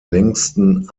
längsten